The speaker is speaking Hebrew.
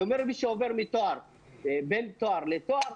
לחשוב על פתרון בשביל מי שעובר בין תואר לתואר